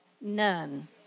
none